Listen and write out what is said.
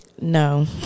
No